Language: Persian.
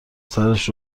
سرش